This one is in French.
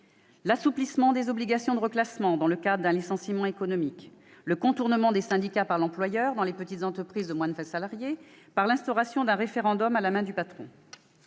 l'assouplissement des obligations de reclassement dans le cadre d'un licenciement économique, le contournement des syndicats par l'employeur dans les petites entreprises de moins de 20 salariés l'instauration d'un référendum à la main du patron,